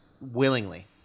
willingly